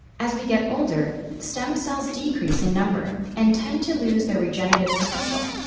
as we get older, stem cells decrease in number and tend to lose their regenerative potential,